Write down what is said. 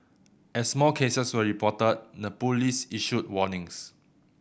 as more cases were reported the police issued warnings